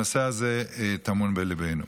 הנושא הזה טמון בליבנו.